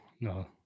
no